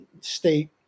state